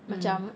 mm